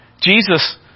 Jesus